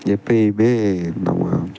எப்போயுமே நம்ம